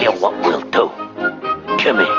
ah what we'll do kim.